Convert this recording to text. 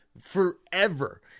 forever